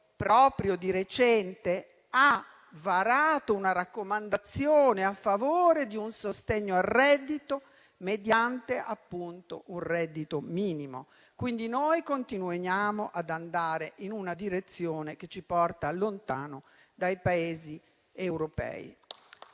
proprio di recente, ha varato una raccomandazione a favore di un sostegno al reddito, mediante appunto un reddito minimo. Quindi, continuiamo ad andare in una direzione che ci porta lontano dai Paesi europei